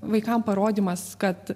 vaikam parodymas kad